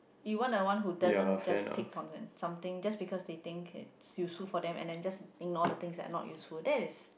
you want a one who doesn't just pick on something just because they think it useful for them and then just ignore the thing that are not useful that is